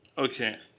okay.